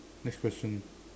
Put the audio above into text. next question